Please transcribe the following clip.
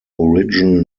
original